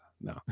No